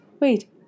wait